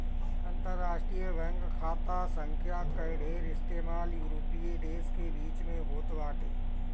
अंतरराष्ट्रीय बैंक खाता संख्या कअ ढेर इस्तेमाल यूरोपीय देस के बीच में होत बाटे